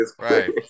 Right